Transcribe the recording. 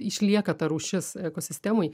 išlieka ta rūšis ekosistemoj